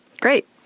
Great